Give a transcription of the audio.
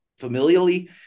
familially